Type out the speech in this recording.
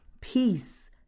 peace